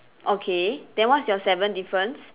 okay then what's your seven difference